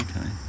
okay